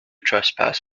trespass